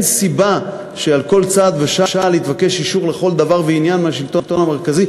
סיבה שעל כל צעד ושעל תבקש אישור לכל דבר ועניין מהשלטון המרכזי,